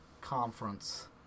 conference